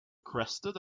crested